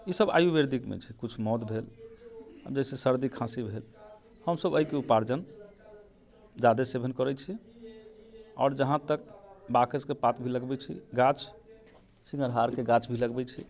ई सब आयुर्वेदिकमे छै किछु मौध भेल आओर बेसी सर्दी खाँसी भेल हमसब अइके उपार्जन जादे सेवन करै छी आओर जहाँ तक बाकसके पात भी लगबै छी गाछ सिङ्गरहारके गाछ भी लगबै छी